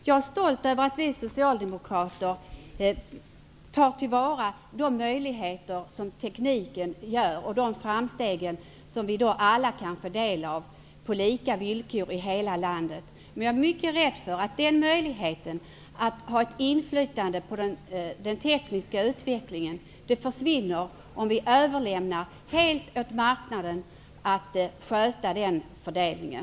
Jag är stolt över att vi socialdemokrater tar till vara de möjligheter som tekniken ger och de framsteg som vi alla kan få del av -- på lika villkor och över hela landet. Men jag är mycket rädd för att den möjligheten till inflytande över den tekniska utvecklingen försvinner om vi helt överlåter på marknaden att sköta den här fördelningen.